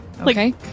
Okay